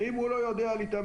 ואם הוא לא יודע להתאמץ,